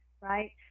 right